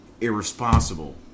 irresponsible